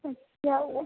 अच्छा वो